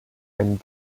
and